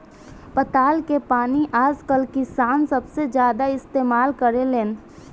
पताल के पानी आजकल किसान सबसे ज्यादा इस्तेमाल करेलेन